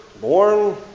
born